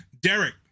Derek